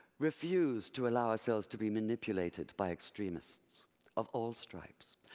refuse to allow ourselves to be manipulated by extremists of all stripes.